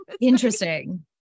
Interesting